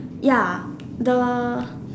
ya the